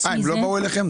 הם לא באו אליכם?